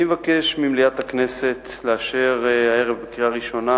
אני מבקש ממליאת הכנסת לאשר הערב בקריאה ראשונה